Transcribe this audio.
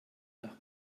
nach